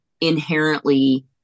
inherently